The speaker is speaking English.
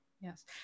Yes